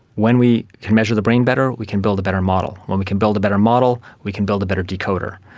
when we can measure the brain better, we can build a better model. when we can build a better model, we can build a better decoder.